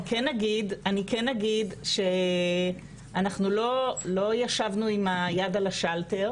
אני כן אגיד שאנחנו לא ישבנו עם היד על השלטר